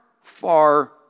far